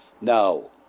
No